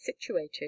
situated